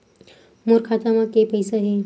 मोर खाता म के पईसा हे?